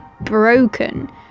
broken